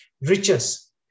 riches